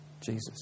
Jesus